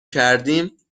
کردیم